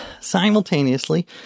simultaneously